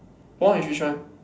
war is which one